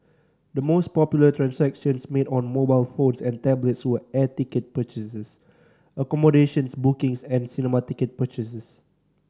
the most popular transactions made on mobile phones and tablets were air ticket purchases accommodation bookings and cinema ticket purchases